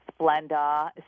Splenda